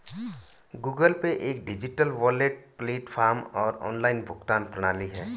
Google Pay एक digital wallet platform और online भुगतान प्रणाली है